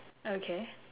okay